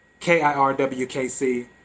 KIRWKC